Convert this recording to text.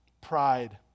pride